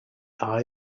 eye